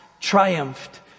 triumphed